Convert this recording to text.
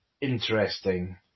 interesting